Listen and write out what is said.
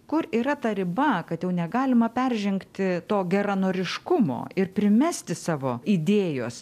kur yra ta riba kad jau negalima peržengti to geranoriškumo ir primesti savo idėjos